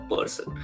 person